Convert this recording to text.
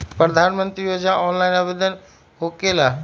प्रधानमंत्री योजना ऑनलाइन आवेदन होकेला?